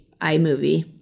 iMovie